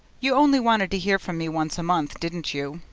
you only wanted to hear from me once a month, didn't you?